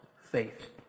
faith